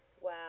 Wow